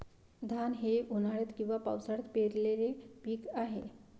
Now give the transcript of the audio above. धान हे उन्हाळ्यात किंवा पावसाळ्यात पेरलेले पीक आहे